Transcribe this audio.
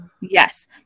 yes